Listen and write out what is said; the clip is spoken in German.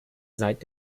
seit